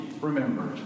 remembered